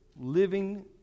living